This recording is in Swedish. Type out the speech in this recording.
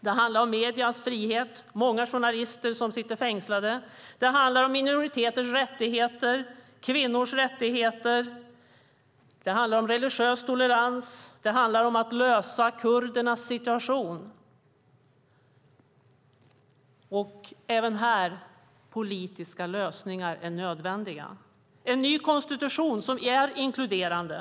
Det handlar om mediernas frihet, många journalister som sitter fängslade, minoriteters rättigheter, kvinnors rättigheter, religiös tolerans och att lösa kurdernas situation. Även här: Politiska lösningar är nödvändiga, med en ny konstitution som är inkluderande.